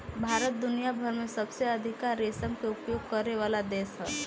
भारत दुनिया भर में सबसे अधिका रेशम के उपयोग करेवाला देश ह